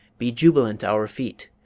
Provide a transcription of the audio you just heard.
be jubilant our feet,